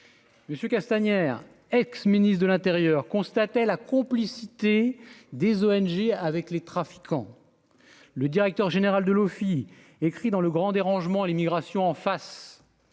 Monsieur K stagiaire, ex-ministre de l'Intérieur, constatait la complicité des ONG avec les trafiquants, le directeur général de l'OFII écrit dans le Grand Dérangement l'immigration en face